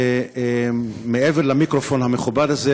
מעבר למיקרופון המכובד הזה,